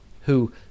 who